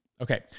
Okay